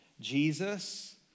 Jesus